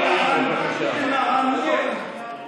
תגנה טרור.